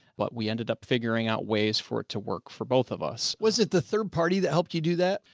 what we ended up figuring out ways for it to work for both of us. joe was it the third party that helped you do that?